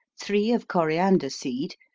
three of coriander seed,